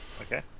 Okay